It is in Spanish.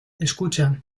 escucha